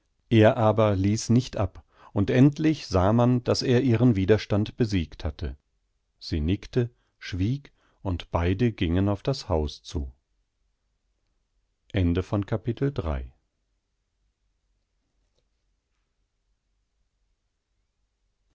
er aber ließ nicht ab und endlich sah man daß er ihren widerstand besiegt hatte sie nickte schwieg und beide gingen auf das haus zu